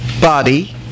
body